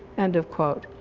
end of quote.